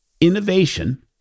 innovation